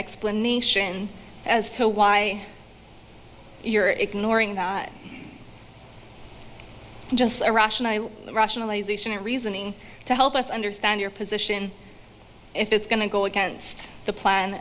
explanation as to why you're ignoring just a russian i rationally reasoning to help us understand your position if it's going to go against the plan